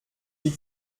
die